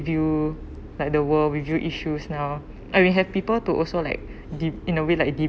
like the world review issues now and we had people to also like deep in a way like deep